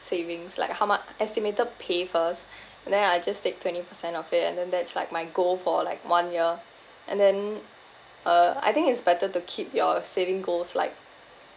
savings like how mu~ estimated pay first and then I just take twenty percent of it and then that's like my goal for like one year and then uh I think it's better to keep your saving goals like